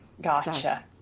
Gotcha